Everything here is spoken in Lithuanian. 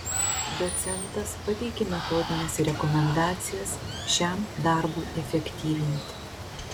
docentas pateikė metodines rekomendacijas šiam darbui efektyvinti